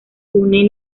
une